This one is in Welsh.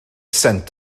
sent